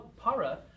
para